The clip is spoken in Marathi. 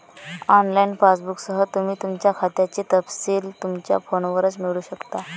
ऑनलाइन पासबुकसह, तुम्ही तुमच्या खात्याचे तपशील तुमच्या फोनवरच मिळवू शकता